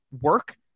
work